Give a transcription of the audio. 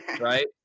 right